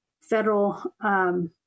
federal